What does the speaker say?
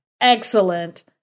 excellent